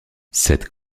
cette